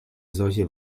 solche